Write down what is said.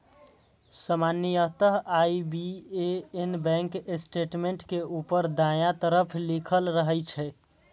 सामान्यतः IBAN bank statement के ऊपर दायां तरफ लिखल रहै छै